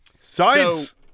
Science